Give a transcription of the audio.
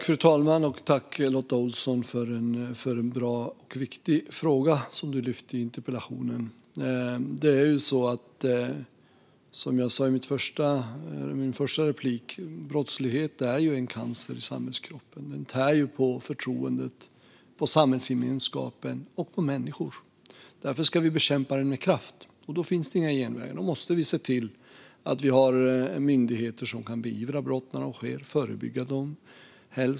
Fru talman! Jag tackar Lotta Olsson för en bra och viktig fråga som hon lyfter fram i interpellationen. Som jag sa tidigare är brottslighet en cancer i samhällskroppen. Den tär på förtroendet, på samhällsgemenskapen och på människor. Därför ska vi bekämpa den med kraft. Då finns det inga genvägar. Då måste vi se till att vi har myndigheter som kan beivra brott när de sker och helst förebygga dem.